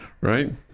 right